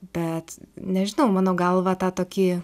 bet nežinau mano galva tą tokį